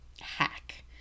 hack